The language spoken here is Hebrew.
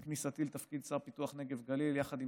עם כניסתי לתפקיד השר לפיתוח הנגב והגליל סיכמתי